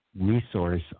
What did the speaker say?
resource